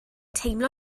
teimlo